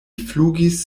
flugis